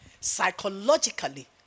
psychologically